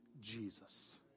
Jesus